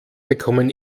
bekommen